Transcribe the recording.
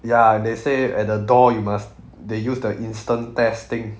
ya and they say at the door you must they use the instant test thing